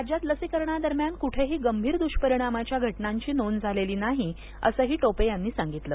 राज्यात लसीकरणादरम्यान कुठेही गंभीर दुष्परिणामाच्या घटनांची नोंद झाली नाही असं टोपे यांनी सांगितलं